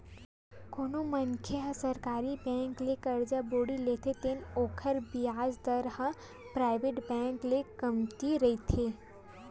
कोनो मनखे ह सरकारी बेंक ले करजा बोड़ी लेथे त ओखर बियाज दर ह पराइवेट बेंक ले कमती रहिथे